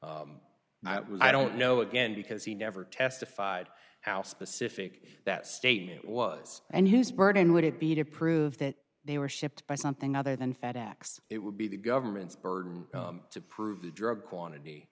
that was i don't know again because he never testified how specific that statement was and used burden would it be to prove that they were shipped by something other than fedex it would be the government's burden to prove the drug quantity